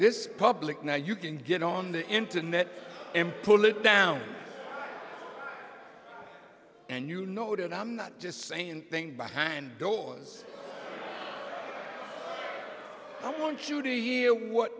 this public now you can get on the internet and pull it down and you noted i'm not just saying thing behind doors i want you to hear what